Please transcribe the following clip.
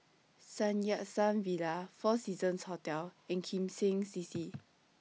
Sun Yat Sen Villa four Seasons Hotel and Kim Seng C C